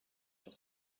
sur